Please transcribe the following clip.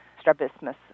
strabismus